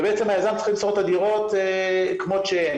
ובעצם היזם צריך למסור את הדירות כמות שהם.